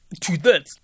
two-thirds